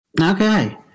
Okay